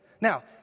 Now